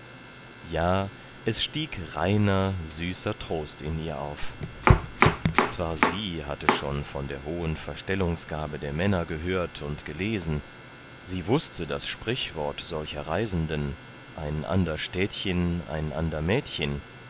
ja es stieg reiner süßer trost in ihr auf zwar sie hatte schon von der hohen verstellungsgabe der männer gehört und gelesen sie wußte das sprichwort solcher reisenden ein ander städtchen ein ander mädchen